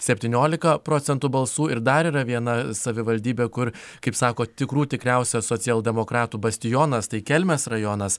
septyniolika procentų balsų ir dar yra viena savivaldybė kur kaip sako tikrų tikriausias socialdemokratų bastionas tai kelmės rajonas